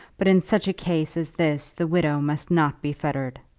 but in such a case as this the widow must not be fettered.